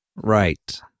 Right